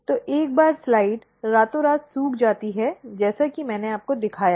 तो एक बार स्लाइड रातोंरात सूख जाती है जैसा कि मैंने आपको दिखाया है